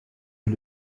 eut